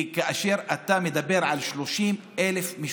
כי אתה מדבר על 30,000 משפחות,